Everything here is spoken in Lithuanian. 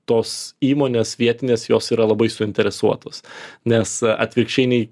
tos įmonės vietinės jos yra labai suinteresuotos nes atvirkščiai nei